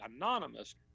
anonymous